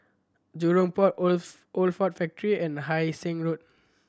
Jurong Port Old Old Ford Factory and Hai Sing Road